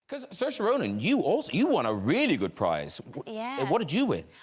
because saoirse ronan you all's you want a really good prize what yeah and what did you win?